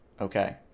Okay